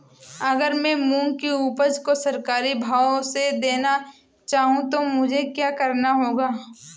अगर मैं मूंग की उपज को सरकारी भाव से देना चाहूँ तो मुझे क्या करना होगा?